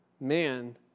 Man